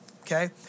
okay